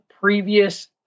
previous